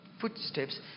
footsteps